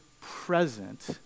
present